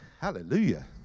Hallelujah